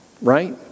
right